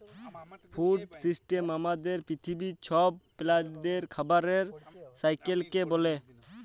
food system আমাদের পিথিবীর ছব প্রালিদের খাবারের সাইকেলকে ব্যলে